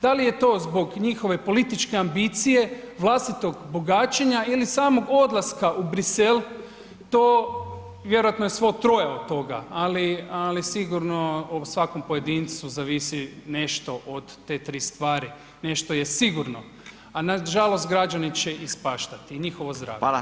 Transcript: Da li je to zbog njihove političke ambicije, vlastitog bogaćenja ili samog odlaska u Brisel, to vjerojatno je svo troje od toga, ali, ali sigurno o svakom pojedincu zavisi nešto od te 3 stvari, nešto je sigurno, a nažalost građani će ispaštati i njihovo zdravlje [[Upadica: Fala]] Hvala.